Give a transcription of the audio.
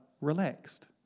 relaxed